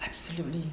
absolutely